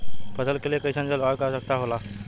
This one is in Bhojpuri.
फसल के लिए कईसन जलवायु का आवश्यकता हो खेला?